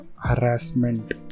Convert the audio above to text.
harassment